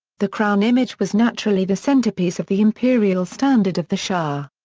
the crown image was naturally the centerpiece of the imperial standard of the shah.